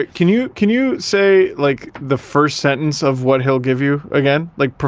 can you, can you say like, the first sentence of what he'll give you again? like,